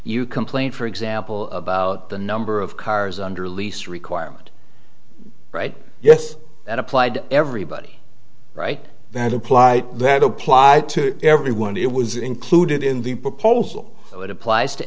you complained for example about the number of cars under lease requirement right yes that applied everybody right that apply that applied to everyone it was included in the proposal so it applies to